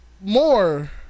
more